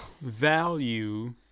value